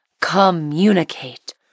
Communicate